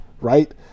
right